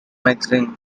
magazine